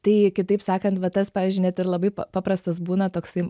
tai kitaip sakant va tas pavyzdžiui net ir labai pa paprastas būna toksai